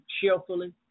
cheerfully